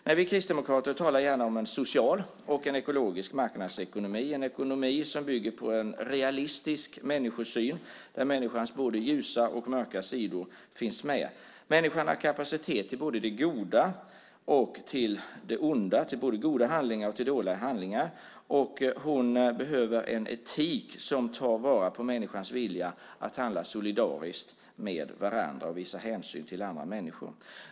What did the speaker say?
Nej, vi kristdemokrater talar gärna om en social och en ekologisk marknadsekonomi, en ekonomi som bygger på en realistisk människosyn, där människans både ljusa och mörka sidor finns med. Människan har kapacitet till både goda och dåliga handlingar, och hon behöver en etik som tar vara på människors vilja att handla solidariskt med varandra och visa hänsyn till andra.